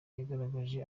yagaragaje